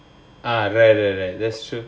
ah right right right that's true